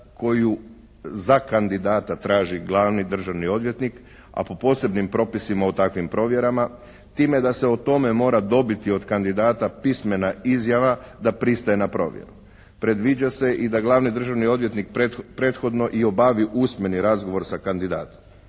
koju za kandidata traži glavni državni odvjetnik a po posebnim propisima u takvim provjerama time da se u tome mora dobiti od kandidata pismena izjava da pristaje na provjeru. Predviđa se i da glavni državni odvjetnik prethodno i obavi usmeni razgovor sa kandidatom.